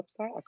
website